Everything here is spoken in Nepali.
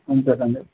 हुन्छ धन्यवाद